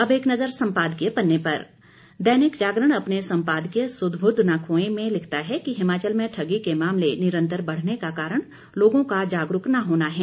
अब एक नज़र सम्पादकीय पन्ने पर दैनिक जागरण अपने सम्पादकीय सुध बुध न खोएं में लिखता है कि हिमाचल में ठगी के मामले निरंतर बढ़ने का कारण लोगों का जागरूक न होना है